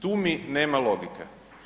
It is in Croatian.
Tu mi nema logike.